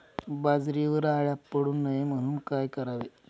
बाजरीवर अळ्या पडू नये म्हणून काय करावे?